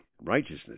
Righteousness